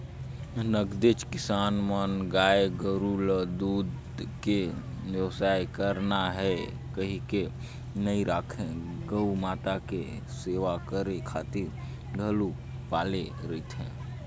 नगदेच किसान मन गाय गोरु ल दूद के बेवसाय करना हे कहिके नइ राखे गउ माता के सेवा करे खातिर घलोक पाले रहिथे